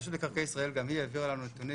רשות מקרקעי ישראל גם היא העבירה לנו נתונים